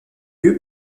lieu